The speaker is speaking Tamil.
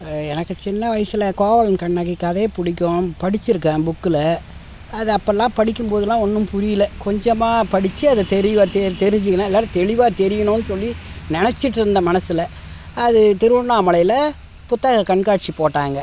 எனக்கு சின்ன வயசில் கோவலன் கண்ணகி கதை பிடிக்கும் படித்திருக்கேன் புக்கில் அதை அப்போல்லாம் படிக்கும்போதுலாம் ஒன்றும் புரியலை கொஞ்சமாக படித்து அதை தெளிவா தெ தெரிஞ்சுக்கினேன் எல்லாம் தெளிவாக தெரியணும்ன்னு சொல்லி நெனைச்சிட்ருந்தேன் மனசில் அது திருவண்ணாமலையில் புத்தக கண்காட்சி போட்டாங்க